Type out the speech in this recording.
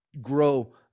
grow